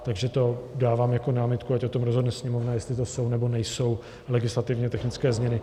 Takže to dávám jako námitku, ať o tom rozhodne Sněmovna, jestli to jsou, nebo nejsou legislativně technické změny.